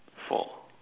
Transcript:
four